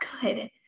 good